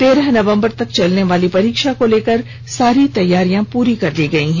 तेरह नवंबर तक चलने वाली परीक्षा को लेकर सारी तैयारियां पूरी कर ली गई हैं